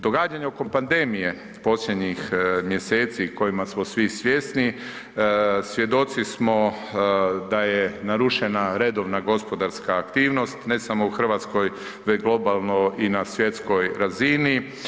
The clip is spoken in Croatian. Događanja oko pandemije posljednjih mjeseci kojima smo svi svjesni, svjedoci smo da je narušena redovna gospodarska aktivnost, ne samo u RH već globalno i na svjetskoj razini.